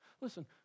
Listen